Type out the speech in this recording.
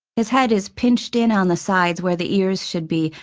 his head is pinched in on the sides where the ears should be,